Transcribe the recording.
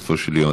בסופו של יום,